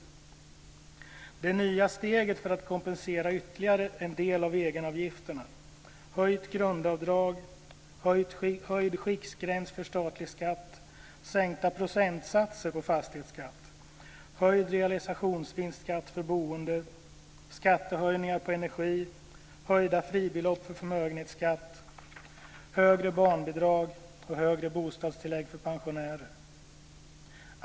Det handlar om det nya steget för att kompensera ytterligare en del av egenavgifterna, höjt grundavdrag, höjd skiktgräns för statlig skatt, sänkta procentsatser på fastighetsskatt, höjd realisationsvinstskatt för boende, skattehöjningar på energi, höjt fribelopp för förmögenhetsskatt, högre barnbidrag och högre bostadstillägg för pensionärer.